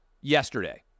yesterday